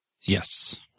Yes